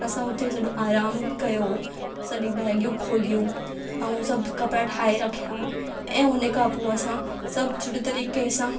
असां हुते सॼो आराम कयो सॼी बैगियूं खोलियूं ऐं सभु कपिड़ा ठाहे रखिया ऐं उन खां पोइ सभु सुठे तरीक़े सां